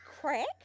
crack